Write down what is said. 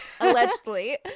allegedly